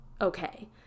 okay